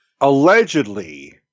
allegedly